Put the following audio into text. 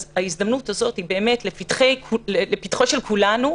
אז ההזדמנות הזאת היא באמת לפתחם של כולנו,